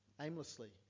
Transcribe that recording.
aimlessly